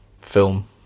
film